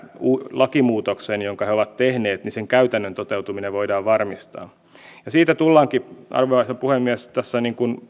lakimuutoksen jonka he ovat tehneet käytännön toteutuminen voidaan varmistaa siitä tullaankin arvoisa puhemies